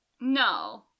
No